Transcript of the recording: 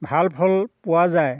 ভাল ফল পোৱা যায়